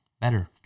better